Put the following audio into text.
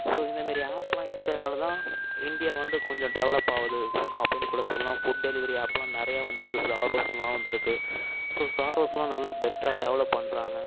so இந்தமாரி ஆப்பெல்லாம் இருக்கிறதுனால தான் இண்டியா வந்து கொஞ்சம் டெவலப் ஆகுது அப்படின்னு கூட சொல்லலாம் ஃபுட் டெலிவரி ஆப்பெல்லாம் நிறையா வந்திருக்கு சாரோஸ்ஸெல்லாம் வந்திருக்கு ஸோ சாரோஸ்ல்லாம் நல்லா பெட்டராக டெவலப் பண்ணுறாங்க